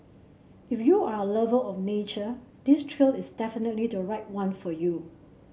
if you're a lover of nature this trail is definitely the right one for you